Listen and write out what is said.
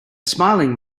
smiling